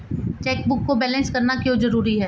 Chequebook को balance करना क्यों जरूरी है?